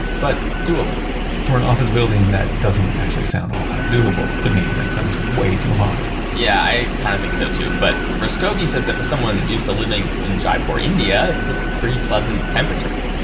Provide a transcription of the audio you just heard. but doable for an office building, that doesn't actually sound all that doable to me. that sounds way too hot yeah, i kind of think so too, but rastogi says that for someone who used to living in jaipur, india, it's a pretty pleasant temperature.